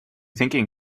thinking